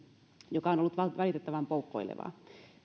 joka on ollut valitettavan poukkoilevaa